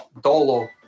Dolo